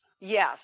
Yes